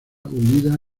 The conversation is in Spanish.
unida